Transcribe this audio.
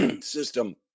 system